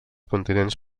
continents